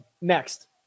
next